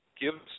gives